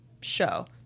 show